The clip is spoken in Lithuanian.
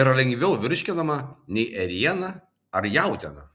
yra lengviau virškinama nei ėriena ar jautiena